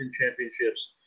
Championships